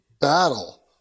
battle